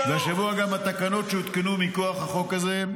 -- והשבוע גם התקנות שהותקנו מכוח החוק הזה,